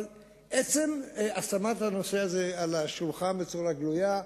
אבל עצם הנחת הנושא הזה על השולחן בצורה גלויה,